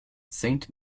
saint